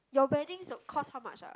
your weddings cost how much ah